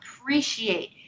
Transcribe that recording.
appreciate